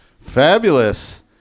fabulous